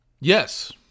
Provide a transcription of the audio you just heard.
Yes